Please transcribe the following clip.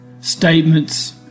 Statements